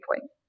point